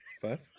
Five